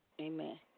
Amen